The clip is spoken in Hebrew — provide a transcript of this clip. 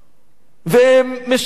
ומשלמים עליהם